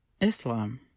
Islam